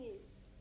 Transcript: news